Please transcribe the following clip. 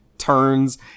Turns